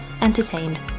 entertained